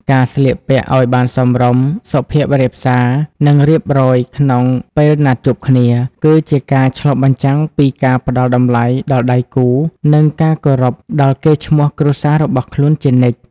ការស្លៀកពាក់ឱ្យបានសមរម្យ សុភាពរាបសារ និងរៀបរយក្នុងពេលណាត់ជួបគ្នា គឺជាការឆ្លុះបញ្ចាំងពីការផ្ដល់តម្លៃដល់ដៃគូ និងការគោរពដល់កេរ្តិ៍ឈ្មោះគ្រួសាររបស់ខ្លួនជានិច្ច។